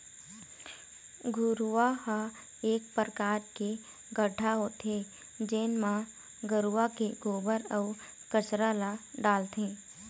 घुरूवा ह एक परकार के गड्ढ़ा होथे जेन म गरूवा के गोबर, अउ कचरा ल डालथे